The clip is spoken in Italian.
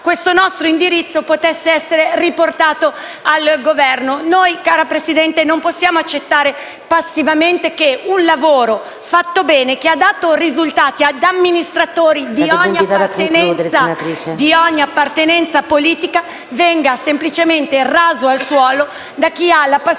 questo nostro indirizzo potesse essere riportato al Governo. Noi, caro Presidente, non possiamo accettare passivamente che un lavoro fatto bene, che ha dato risultati ad amministratori di ogni appartenenza politica, venga semplicemente raso al suolo da chi ha la passione